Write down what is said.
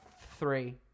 three